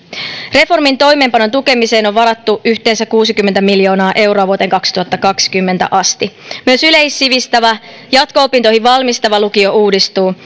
reformin toimeenpanon tukemiseen on varattu yhteensä kuusikymmentä miljoonaa euroa vuoteen kaksituhattakaksikymmentä asti myös yleissivistävä jatko opintoihin valmistava lukio uudistuu